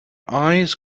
eyes